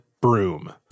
broom